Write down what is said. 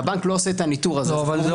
והבנק לא עושה את הניטור הזה --- רגע,